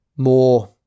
more